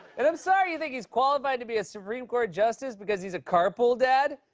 and i'm sorry you think he's qualified to be a supreme court justice because he's a carpool dad.